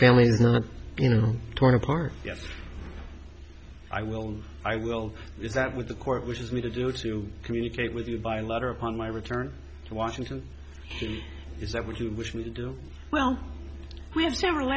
families not you know torn apart yes i will i will use that with the court which is me to do to communicate with you by letter upon my return to washington is that what you wish me to do well we have several